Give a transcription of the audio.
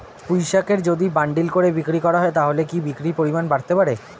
পুঁইশাকের যদি বান্ডিল করে বিক্রি করা হয় তাহলে কি বিক্রির পরিমাণ বাড়তে পারে?